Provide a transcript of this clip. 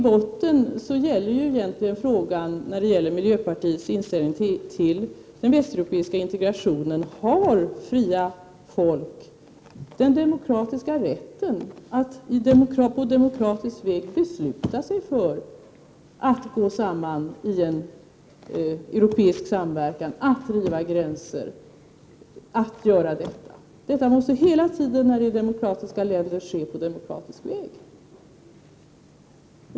Den grundläggande frågan när det gäller miljöpartiets inställning till den västeuropeiska integrationen är om fria folk har demokratisk rätt att på demokratisk väg fatta beslut om att gå samman i en europeisk samverkan och riva gränser. I demokratiska länder måste detta ske på demokratisk väg.